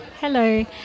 Hello